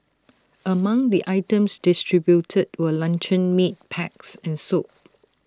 among the items distributed were luncheon meat packs and soap